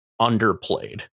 underplayed